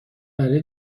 برای